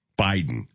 Biden